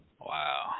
Wow